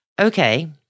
okay